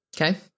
Okay